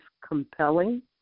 compelling